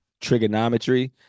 trigonometry